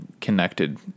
connected